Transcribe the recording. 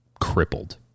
crippled